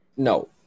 No